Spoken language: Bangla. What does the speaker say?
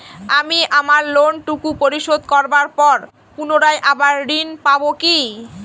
আমি আমার লোন টুকু পরিশোধ করবার পর পুনরায় আবার ঋণ পাবো কি?